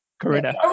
Karina